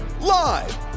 live